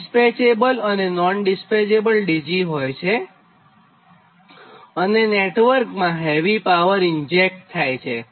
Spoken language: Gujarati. ડિસ્પેચેબલ અને નોન ડિસ્પેચેબલ DG હોય છે અને નેટવર્કમાં હેવી પાવર ઇન્જેક્ટ થાય છે